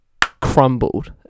crumbled